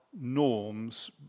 norms